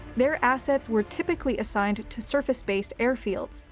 their assets were typically assigned to surface-based airfields,